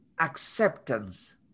acceptance